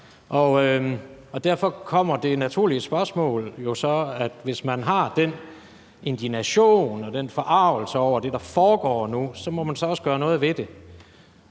drejer sig om mange konflikter hen ad vejen. Hvis man har den indignation og den forargelse over det, der foregår nu, så må man også gøre noget ved det,